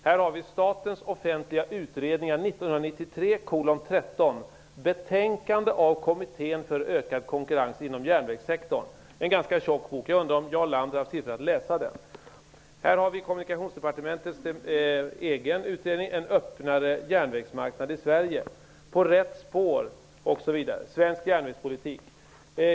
Jag har här Statens offentliga utredningar 1993:13, betänkande av Kommittén för ökad konkurrens inom järnvägssektorn, en ganska tjock bok. Jag undrar om Jarl Lander har läst den. Vidare har jag ''En öppnare järnvägsmarknad i Sverige'', ''På rätt spår'' osv., som handlar om svensk järnvägspolitik.